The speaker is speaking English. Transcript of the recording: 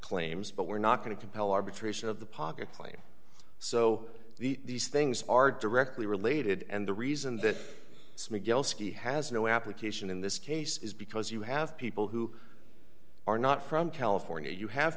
claims but we're not going to compel arbitration of the pocket plane so these things are directly related and the reason that smeagol ski has no application in this case is because you have people who are not from california you have